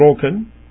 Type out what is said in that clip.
broken